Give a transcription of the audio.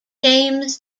james